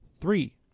Three